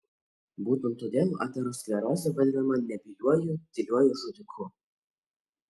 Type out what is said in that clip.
būtent todėl aterosklerozė vadinama nebyliuoju tyliuoju žudiku